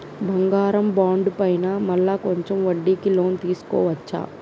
బంగారు బాండు పైన మళ్ళా కొంచెం వడ్డీకి లోన్ తీసుకోవచ్చా?